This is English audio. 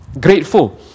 grateful